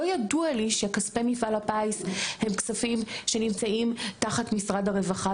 לא ידוע לי שכספי מפעל הפיס הם כספים שנמצאים תחת משרד הרווחה.